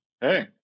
Hey